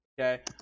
okay